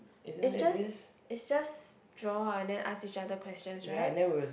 it's just it's just draw out then ask each other questions right